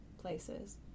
places